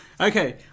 Okay